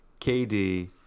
KD